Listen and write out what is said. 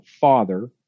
Father